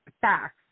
facts